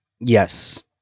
Yes